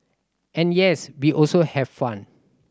and yes we also have fun